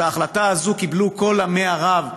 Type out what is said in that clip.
את ההחלטה הזאת קיבלו כל עמי ערב,